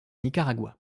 nicaragua